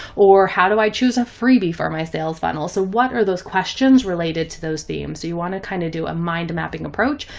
or how do i choose a freebie for my sales funnel? so what are those questions related to those themes. so you want to kind of do a mind mapping approach.